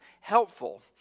helpful